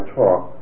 talk